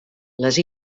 les